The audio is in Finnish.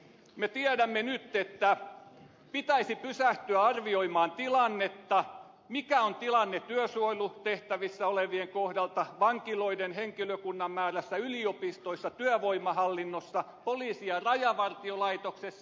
me tiedämme nyt että pitäisi pysähtyä arvioimaan tilannetta mikä on tilanne työsuojelutehtävissä olevien kohdalla vankiloiden henkilökunnan määrässä yliopistoissa työvoimahallinnossa poliisi ja rajavartiolaitoksessa